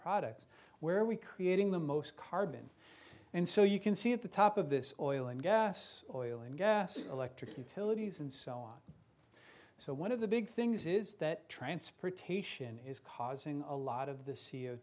products where we creating the most carbon and so you can see at the top of this oil and gas oil and gas electric utilities and so on so one of the big things is that transportation is causing a lot of the c